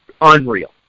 unreal